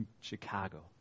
Chicago